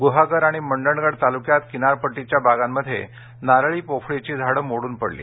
गुहागर आणि मंडणगड तालुक्यात किनारपट्टीवरच्या बागांमध्ये नारळी पोफळीची झाड मोडून पडली